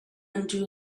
undo